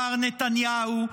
מר נתניהו,